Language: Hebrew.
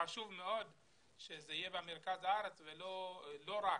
חשוב מאוד שזה יהיה במרכז הארץ ולא רק